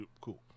Cool